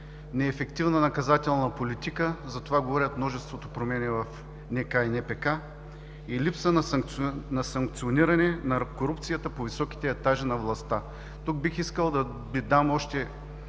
неефективна наказателна политика – за това говорят множеството промени в НК и НПК, и липса на санкциониране на корупцията по високите етажи на властта. Тук бих искал да Ви дам още малко